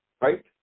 right